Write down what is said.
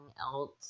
else